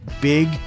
big